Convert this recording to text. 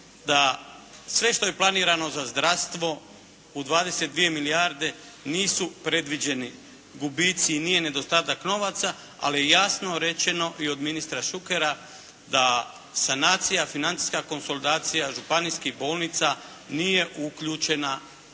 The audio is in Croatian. da sve što je planirano za zdravstvo u 22 milijarde nisu predviđeni gubici i nije nedostatak novaca, ali je jasno rečeno i od ministra Šukera, da sanacija, financijska konsolidacija županijskih bolnica nije uključena u ovaj